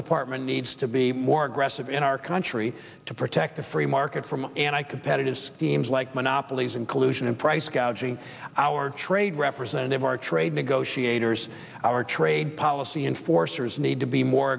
department needs to be more aggressive in our country to protect the free market from anti competitive schemes like monopolies and collusion and price gouging our trade representative our trade negotiators our trade policy enforcers need to be more